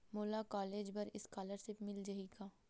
मोला कॉलेज बर स्कालर्शिप मिल जाही का?